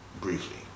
briefly